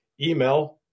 Email